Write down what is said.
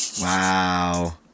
Wow